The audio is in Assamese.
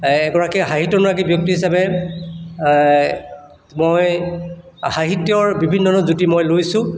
এগৰাকী সাহিত্য অনুৰাগী ব্যক্তি হিচাপে মই সাহিত্যৰ বিভিন্ন ধৰণৰ জুতি মই লৈছোঁ